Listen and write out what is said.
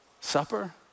Supper